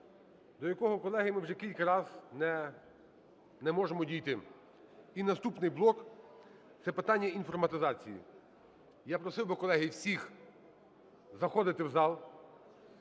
до якого, колеги, ми вже кілька раз не можемо дійти. І наступний блок – це питання інформатизації. Я просив би, колеги, всіх заходити в зал,